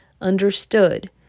understood